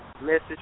message